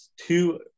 two